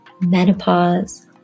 menopause